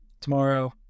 Tomorrow